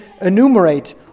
enumerate